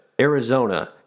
Arizona